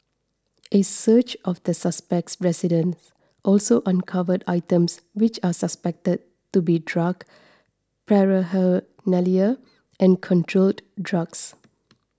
a search of the suspect's residence also uncovered items which are suspected to be drug paraphernalia and controlled drugs